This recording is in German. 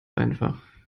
einfach